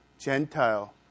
Gentile